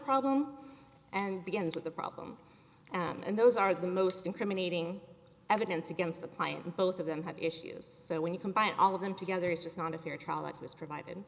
problem and begins with the problem and those are the most incriminating evidence against the client both of them have issues so when you combine all of them together it's just not a fair trial that was provided